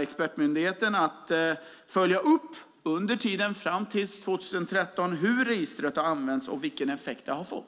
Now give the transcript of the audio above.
Expertmyndigheten kommer under tiden fram till 2013 att följa upp hur registret har använts och vilken effekt det har fått.